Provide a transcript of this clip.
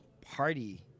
party